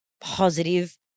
positive